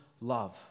love